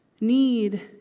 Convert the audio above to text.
need